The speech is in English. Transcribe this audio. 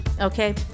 Okay